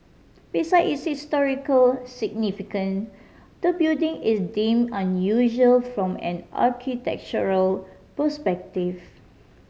besides its historical significant the building is deemed unusual from an architectural perspective